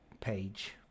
page